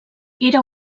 era